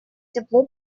тепло